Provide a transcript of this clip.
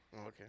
okay